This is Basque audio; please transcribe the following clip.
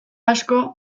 asko